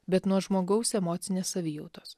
bet nuo žmogaus emocinės savijautos